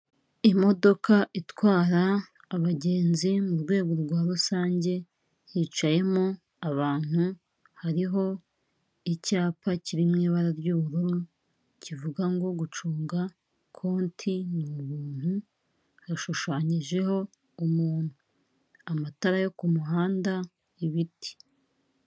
Imodoka itwara abagenzi mu rwego rwa rusange, hicayemo abantu, hariho icyapa kiri mu ibara ry'ubururu, kivuga ngo gucunga konti ni ubuntu hashushanyijeho umuntu, amatara yo ku muhanda ibiti.